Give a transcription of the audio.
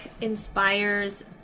inspires